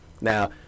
Now